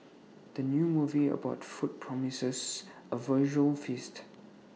the new movie about food promises A visual feast